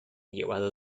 llevado